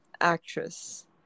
Actress